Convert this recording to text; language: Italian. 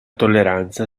tolleranza